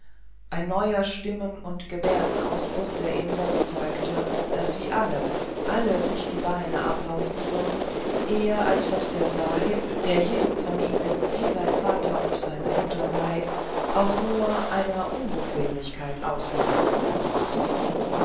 ein neuer stimmen und gebärdenausbruch der inder bezeugte daß sie alle alle sich die beine ablaufen würden eher als daß der sahib der jedem von ihnen wie sein vater und seine mutter sei auch nur einer unbequemlichkeit ausgesetzt sein sollte